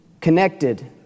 connected